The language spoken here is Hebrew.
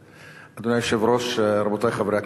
אדוני היושב-ראש, רבותי חברי הכנסת,